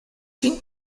sin